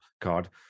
Card